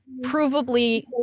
provably